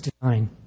design